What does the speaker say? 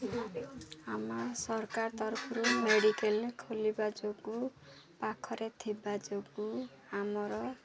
ଆମ ସରକାର ତରଫରୁ ମେଡ଼ିକାଲ୍ ଖୋଲିବା ଯୋଗୁଁ ପାଖରେ ଥିବା ଯୋଗୁଁ ଆମର